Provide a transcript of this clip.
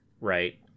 right